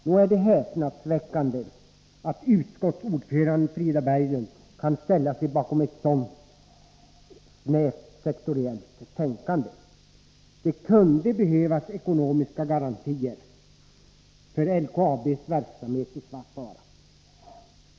Nog är det häpnadsväckande att utskottsordföranden Frida Berglund kan ställa sig bakom ett så snävt sektoriellt tänkande. Det kunde behövas ekonomiska garantier för LKAB:s verksamhet i Svappavaara.